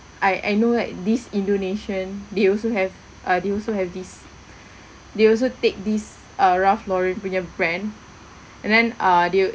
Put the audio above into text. I I know like these indonesian they also have uh they also have this they also take this uh ralph lauren punya brand and then uh they